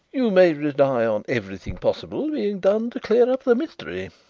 you may rely on everything possible being done to clear up the mystery.